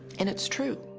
and it's true.